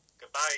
Goodbye